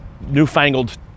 newfangled